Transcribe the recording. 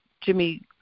Jimmy